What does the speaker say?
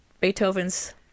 Beethoven's